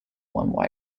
one